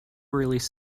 release